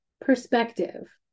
perspective